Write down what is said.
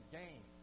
game